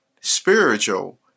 spiritual